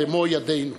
במו-ידינו.